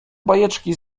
bajeczki